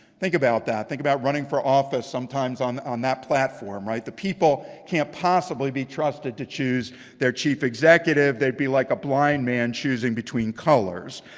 think about that. think about running for office sometimes on on that platform. right? the people can't possibly be trusted to choose their chief executive. they'd be like a blind man choosing between colors.